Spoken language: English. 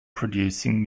producing